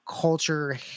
culture